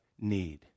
need